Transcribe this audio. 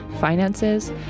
finances